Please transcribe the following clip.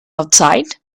outside